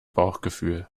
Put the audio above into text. bauchgefühl